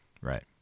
Right